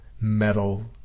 metal